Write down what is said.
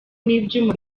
n’ibyuma